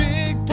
Big